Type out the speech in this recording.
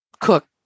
cook